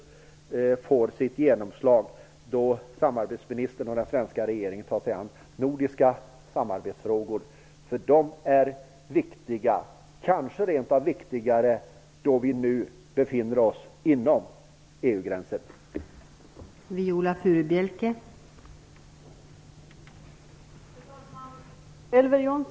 Det är viktigt att det får ett genomslag då samarbetsministern och den svenska regeringen tar sig an nordiska samarbetsfrågor - det är kanske rent av viktigare nu då vi befinner oss innanför EU-gränsen än det var tidigare.